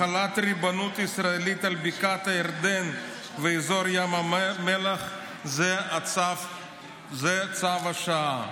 החלת ריבונות ישראלית על בקעת הירדן ואזור ים המלח זה צו השעה.